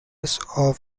the